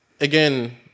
again